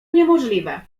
niemożliwe